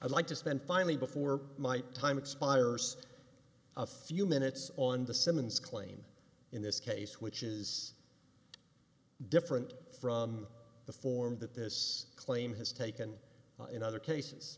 i'd like to spend finally before my time expires a few minutes on the simmons claim in this case which is different from the form that this claim has taken in other cases